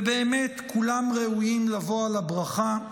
ובאמת כולם ראויים לבוא על הברכה.